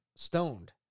Stoned